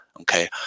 okay